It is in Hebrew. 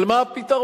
אבל מה הפתרון?